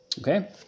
Okay